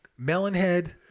Melonhead